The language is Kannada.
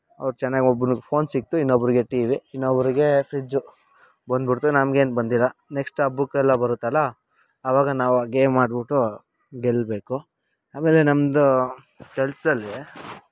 ಅವ್ರು ಚೆನ್ನಾಗಿ ಒಬ್ಬನಿಗ್ ಫೋನ್ ಸಿಕ್ಕಿತು ಇನ್ನೊಬ್ರಿಗೆ ಟಿ ವಿ ಇನ್ನೊಬ್ರಿಗೆ ಫ್ರಿಜ್ಜು ಬಂದುಬಿಡ್ತು ನಮ್ಗೇನು ಬಂದಿಲ್ಲ ನೆಕ್ಸ್ಟ್ ಹಬ್ಬಕ್ಕೆಲ್ಲ ಬರುತ್ತಲ್ಲ ಆವಾಗ ನಾವು ಆ ಗೇಮ್ ಆಡಿಬಿಟ್ಟು ಗೆಲ್ಲಬೇಕು ಆಮೇಲೆ ನಮ್ಮದು ಕೆಲ್ಸದಲ್ಲಿ